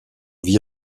vit